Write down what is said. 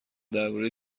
درباره